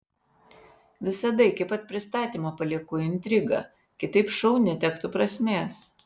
visada iki pat pristatymo palieku intrigą kitaip šou netektų prasmės